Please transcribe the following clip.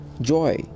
joy